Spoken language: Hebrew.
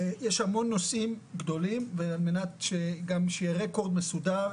יש המון נושאים גדולים על מנת שגם שייראה הכול מסודר,